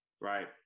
right